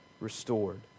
restored